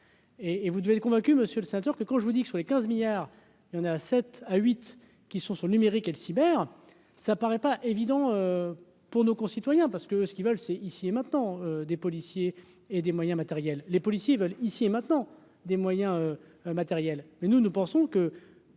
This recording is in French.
et vous devez être convaincu, Monsieur le Sénateur que quand je vous dis que sur les 15 milliards, il y en a 7 à 8 qui sont sur le numérique et le cyber ça paraît pas évident pour nos concitoyens, parce que ce qu'ils veulent, c'est ici et maintenant, des policiers et des moyens matériels, les policiers veulent ici et maintenant des moyens matériels, mais nous, nous pensons que